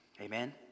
Amen